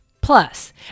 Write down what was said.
Plus